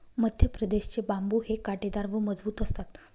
मध्यप्रदेश चे बांबु हे काटेदार व मजबूत असतात